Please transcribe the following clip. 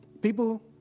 People